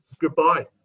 goodbye